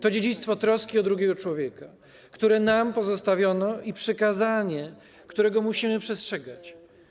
To dziedzictwo troski o drugiego człowieka, które nam pozostawiono, i przykazanie, którego musimy przestrzegać.